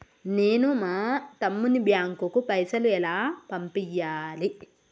నేను మా తమ్ముని బ్యాంకుకు పైసలు ఎలా పంపియ్యాలి?